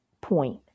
point